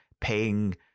paying